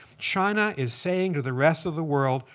china is saying to the rest of the world,